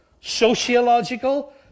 sociological